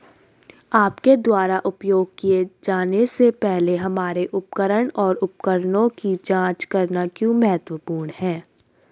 आपके द्वारा उपयोग किए जाने से पहले हमारे उपकरण और उपकरणों की जांच करना क्यों महत्वपूर्ण है?